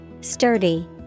Sturdy